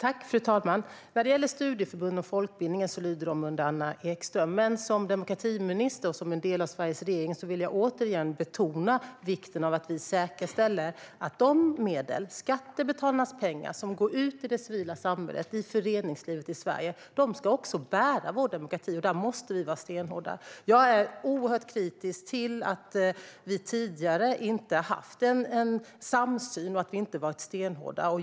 Fru talman! Det är Anna Ekström som har ansvaret för studieförbund och folkbildningen. Men som demokratiminister och som en del av Sveriges regering vill jag återigen betona vikten av att vi säkerställer att de medel - skattebetalarnas pengar - som går ut till det civila samhället och till föreningslivet i Sverige, ska gå till sådant som bär vår demokrati. Där måste vi vara stenhårda. Jag är oerhört kritisk till att vi tidigare inte har haft en samsyn och inte varit stenhårda.